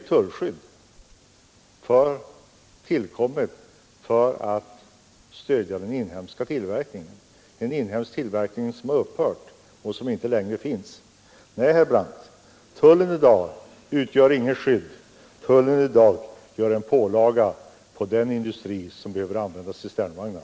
Tullskyddet är ju tillkommet för att stödja den inhemska tillverkningen — en inhemsk tillverkning som har upphört och som alltså inte längre finns. Nej, herr Brandt, tullen i dag utgör inget skydd — tullen i dag utgör en pålaga på den industri som behöver använda cisternvagnar.